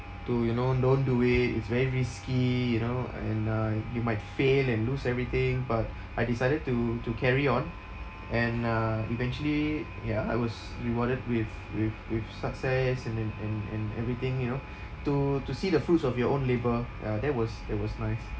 to you know don't do it it's very risky you know and uh you might fail and lose everything but I decided to to carry on and uh eventually ya I was rewarded with with with success and then and and everything you know to to see the fruits of your own labour uh that was that was nice